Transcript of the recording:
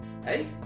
Hey